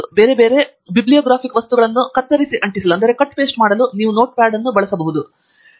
ಬೇರೆ ಬೇರೆ ಬೈಬ್ಲಿಗ್ರಾಫಿಕ್ ವಸ್ತುಗಳನ್ನು ಕತ್ತರಿಸಿ ಅಂಟಿಸಲು ನೀವು ನೋಟ್ಪಾಡ್ ಅನ್ನು ಬಳಸಬಹುದು